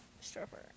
Stripper